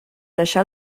deixar